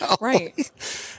Right